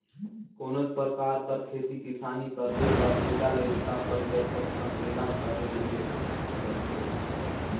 कोनोच परकार कर खेती किसानी करबे ता गेदा लरिका कस जतन संकेला करे ले परथे